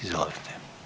Izvolite.